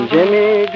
Jimmy